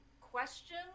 question